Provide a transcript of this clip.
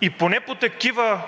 и поне по такива